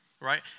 right